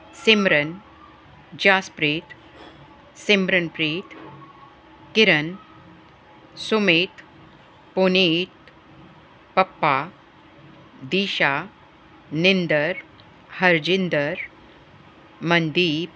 Simran Jaspreet Simranpreet Kiran Sumit Puneet Pappa Disha Ninder Harjinder Mandeep